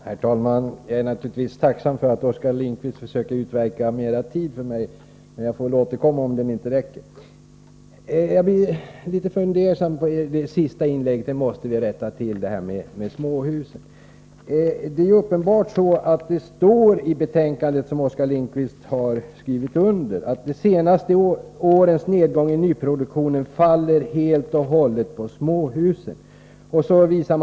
Herr talman! Jag är naturligtvis tacksam för att Oskar Lindkvist försöker utverka mera tid åt mig. Men jag får väl återkomma om taletiden inte skulle räcka till. Efter att ha lyssnat till det senaste inlägget är jag litet fundersam. Vi måste få ett tillrättaläggande när det gäller det här med småhusen. Det är uppenbart att det står i det betänkande som Oskar Lindkvist varit med om att skriva under att de senaste årens nedgång i nyproduktionen helt och hållet faller på småhusen.